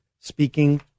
speaking